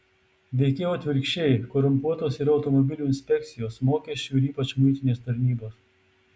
veikiau atvirkščiai korumpuotos yra automobilių inspekcijos mokesčių ir ypač muitinės tarnybos